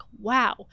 wow